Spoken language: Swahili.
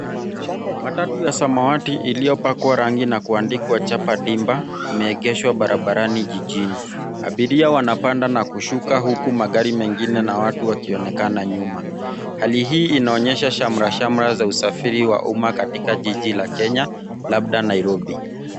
Matatu ya samawati iliyopakwa rangi na kuandikwa Chapa Ndimba, imeegeshwa barabarani jijini. Abiria wanapanda na kushuka huku magari mengine na watu wakionekana nyuma. Hali hii inaonyesha shamra shamra za usafiri wa umma katika jiji la Kenya, labda Nairobi.